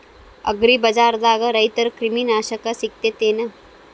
ಅಗ್ರಿಬಜಾರ್ದಾಗ ರೈತರ ಕ್ರಿಮಿ ನಾಶಕ ಸಿಗತೇತಿ ಏನ್?